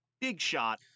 big-shot